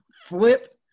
flip